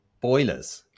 boilers